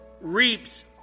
reaps